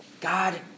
God